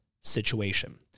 situation